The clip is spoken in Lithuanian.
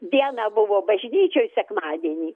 dieną buvo bažnyčioj sekmadienį